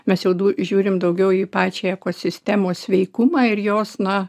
mes jau du žiūrim daugiau į pačią ekosistemos sveikumą ir jos na